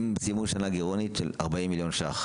הם סיימו שנה גירעונית של 40 מיליון ש"ח.